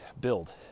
build